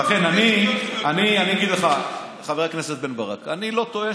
אני אגיד לך, חבר הכנסת בן ברק, אני לא טוען